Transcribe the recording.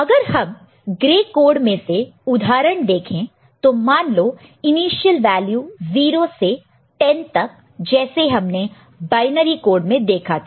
अगर हम grey code में से उदाहरण देखें तो मान लो इनिशियल वैल्यू 0 से 10 तक जैसे हमने बायनरी कोड में देखा था